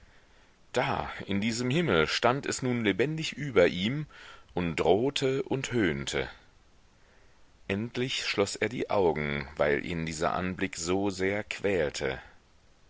da in diesem himmel stand es nun lebendig über ihm und drohte und höhnte endlich schloß er die augen weil ihn dieser anblick so sehr quälte